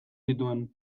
zituen